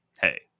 hey